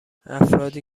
افرادی